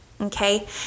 Okay